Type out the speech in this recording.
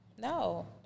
no